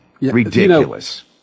Ridiculous